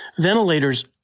ventilators